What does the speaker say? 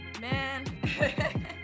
man